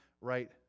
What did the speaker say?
right